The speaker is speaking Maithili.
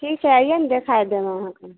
ठीक छै अइए ने देखाय देब हम अहाँके